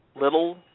little